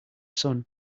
sun